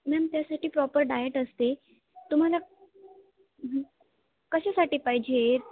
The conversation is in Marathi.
मॅम त्यासाठी प्रॉपर डायट असते तुम्हाला कशासाठी पाहिजे आहे